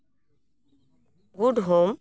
good home